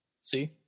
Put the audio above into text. see